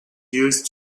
used